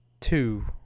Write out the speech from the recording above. two